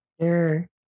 Sure